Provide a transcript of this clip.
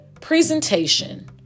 presentation